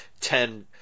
ten